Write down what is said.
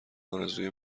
ارزوی